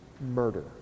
murder